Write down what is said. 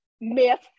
myth